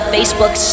Facebook